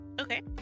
Okay